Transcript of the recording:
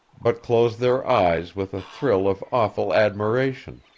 but closed their eyes with a thrill of awful admiration,